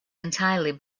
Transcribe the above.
entirely